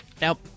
Nope